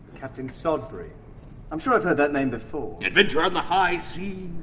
captain sodbury i'm sure i've heard that name before. adventure on the high seas.